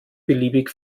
beliebig